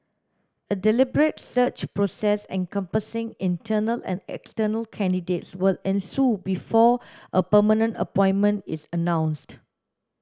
a deliberate search process encompassing internal and external candidates will ensue before a permanent appointment is announced